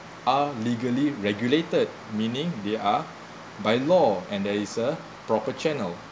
are legally regulated meaning they are by law and there is a proper channel